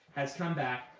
has come back,